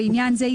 לעניין זה,